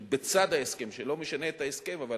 שבצד ההסכם, שלא משנה את ההסכם, אבל